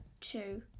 two